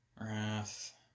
wrath